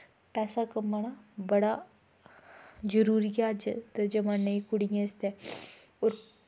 पैसा कमाना बड़ा जरूरी ऐ अज्ज दे जमान्ने च कुड़ियें आस्तै ते होर